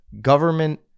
government